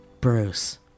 Bruce